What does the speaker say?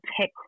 tech